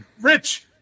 Rich